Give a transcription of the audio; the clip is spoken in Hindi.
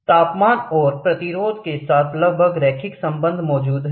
3 तापमान और प्रतिरोध के साथ लगभग रैखिक संबंध मौजूद हैं